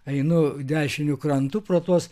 einu dešiniu krantu pro tuos